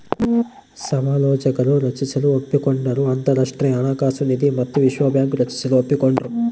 ಸಮಾಲೋಚಕರು ರಚಿಸಲು ಒಪ್ಪಿಕೊಂಡರು ಅಂತರಾಷ್ಟ್ರೀಯ ಹಣಕಾಸು ನಿಧಿ ಮತ್ತು ವಿಶ್ವ ಬ್ಯಾಂಕ್ ರಚಿಸಲು ಒಪ್ಪಿಕೊಂಡ್ರು